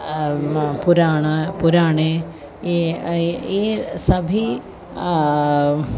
पुराण पुराणे ए सभि